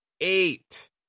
eight